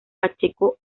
pacheco